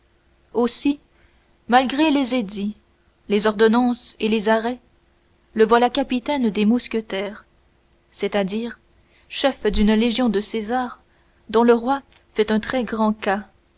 aussi malgré les édits les ordonnances et les arrêts le voilà capitaine des mousquetaires c'est-à-dire chef d'une légion de césars dont le roi fait un très grand cas